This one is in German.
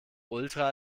ultra